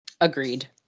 agreed